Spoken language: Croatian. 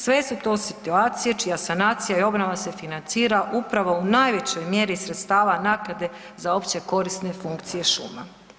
Sve su to situacije čija sanacija i obnova se financira upravo u najvećoj mjeri sredstava naknade za općekorisne funkcije šuma.